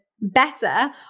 better